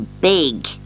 big